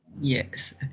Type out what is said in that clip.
Yes